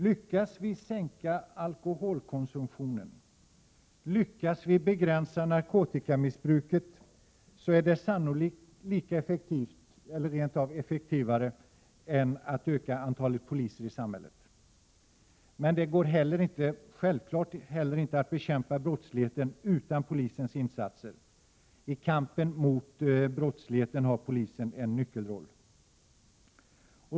Lyckas vi sänka alkoholkonsumtionen och begränsa narkotikamissbruket är det sannolikt lika effektivt — eller rent av effektivare — som att öka antalet poliser i samhället. Men det går självfallet inte att bekämpa brottsligheten utan polisens insatser. I kampen mot brottsligheten har polisen en nyckelroll.